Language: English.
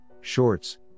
shorts